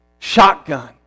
Shotgun